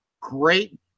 great